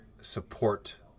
support